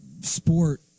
sport